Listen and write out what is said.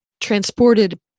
transported